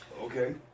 Okay